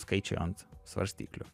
skaičiai ant svarstyklių